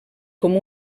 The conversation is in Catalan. com